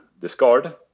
discard